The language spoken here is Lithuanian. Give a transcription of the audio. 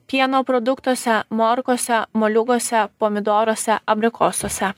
pieno produktuose morkose moliūguose pomidoruose abrikosuose